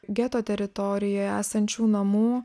geto teritorijoj esančių namų